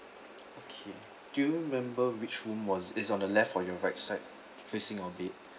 okay do you remember which room was it's on the left or your right side facing your bed